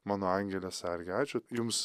mano angele sarge ačiū jums